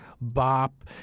bop